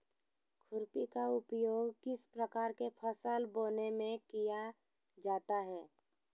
खुरपी का उपयोग किस प्रकार के फसल बोने में किया जाता है?